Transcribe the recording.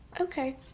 Okay